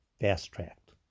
fast-tracked